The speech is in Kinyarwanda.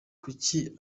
kuki